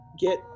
get